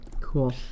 Cool